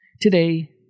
Today